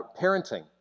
parenting